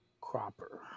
Cropper